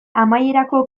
amaierarako